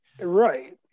right